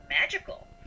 magical